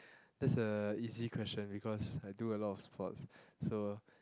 that's a easy question because I do a lot of sports so